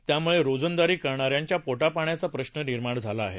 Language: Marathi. त्यामुळे रोजंदारी करणाऱ्यांचा पोटापाण्याचा प्रश्न निर्माण झाला आहे